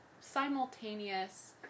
simultaneous